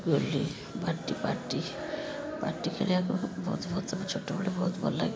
ଗୁଲି ବାଟି ବାଟି ବାଟି ଖେଳିବାକୁ ମୋତେ ମୋ ଛୋଟବେଳେ ବହୁତ ଭଲ ଲାଗେ